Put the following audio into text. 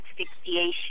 asphyxiation